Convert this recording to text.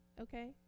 Okay